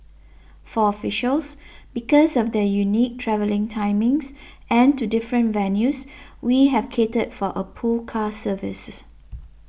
for officials because of their unique travelling timings and to different venues we have catered for a pool car service